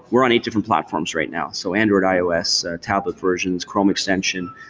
we're on eight different platforms right now so android, ios, tablet versions, chrome extension,